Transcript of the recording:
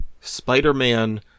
Spider-Man